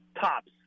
tops